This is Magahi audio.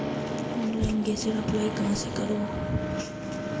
ऑनलाइन गैसेर अप्लाई कहाँ से करूम?